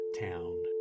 town